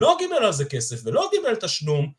לא קיבל על זה כסף ולא קיבל על זה תשלום